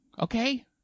okay